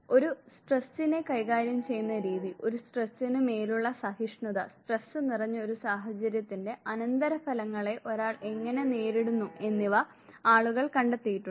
ഒരു സ്ട്രെസ്സിനെ കൈകാര്യം ചെയ്യുന്ന രീതി ഒരു സ്ട്രെസ്സിനു മേലുള്ള സഹിഷ്ണുത സ്ട്രെസ്സ് നിറഞ്ഞ ഒരു സാഹചര്യത്തിന്റെ അനന്തരഫലങ്ങളെ ഒരാൾ എങ്ങനെ നേരിടുന്നു എന്നിവ ആളുകൾ കണ്ടെത്തിയിട്ടുണ്ട്